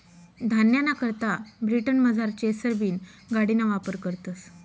धान्यना करता ब्रिटनमझार चेसर बीन गाडिना वापर करतस